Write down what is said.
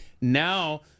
now